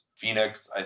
Phoenix